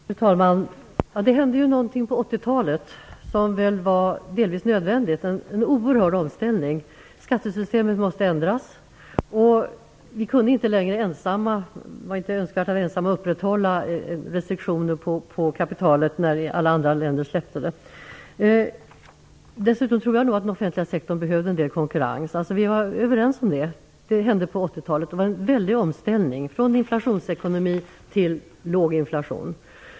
Fru talman! Det hände någonting på 80-talet som delvis var nödvändigt. Det skedde en oerhörd omställning. Skattesystemet måste ändras. Det var inte önskvärt att vi ensamma upprätthöll restriktioner på kapitalet när alla andra länder släppte dessa. Dessutom tror jag att den offentliga sektorn behövde en del konkurrens. Vi var överens om det. Det hände på 80-talet. Det var en väldig omställning från inflationsekonomi till låg inflation.